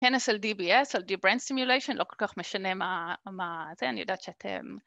כנס על DBS, על Deep Brain Stimulation, לא כל כך משנה מה זה, אני יודעת שאתם...